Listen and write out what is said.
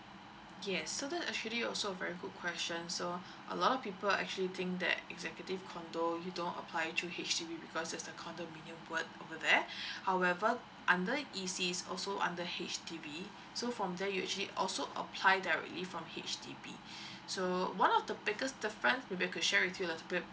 yes so that's actually also very good question so a lot of people are actually think that executive condo you don't apply through H_D_B because there's a condominium word over there however under E_C is also under H_D_B so from there you actually also apply directly from H_D_B so one of the biggest difference maybe I can share with you a little bit